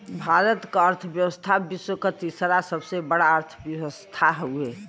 भारत क अर्थव्यवस्था विश्व क तीसरा सबसे बड़ा अर्थव्यवस्था हउवे